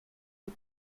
des